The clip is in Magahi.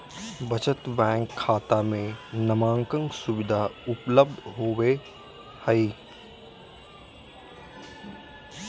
बचत बैंक खाता में नामांकन सुविधा उपलब्ध होबो हइ